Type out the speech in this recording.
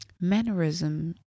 Mannerism